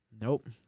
Nope